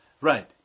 Right